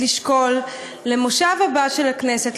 לשקול למושב הבא של הכנסת,